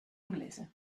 inglese